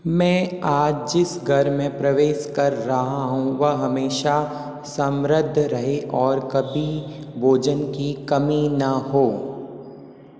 मैं आज जिस घर में प्रवेश कर रहा हूँ वह हमेशा समृद्ध रहे और कभी भोजन की कमी न हो